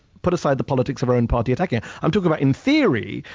put aside the politics her own party are taking. i'm talking, in theory,